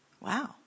Wow